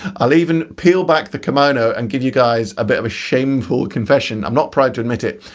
i'll even peel back the kimono and give you guys a bit of a shameful confession i'm not proud to admit it,